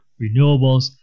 renewables